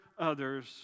Others